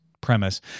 premise